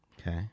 Okay